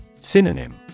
Synonym